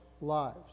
lives